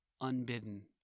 unbidden